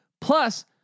Plus